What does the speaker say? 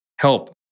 help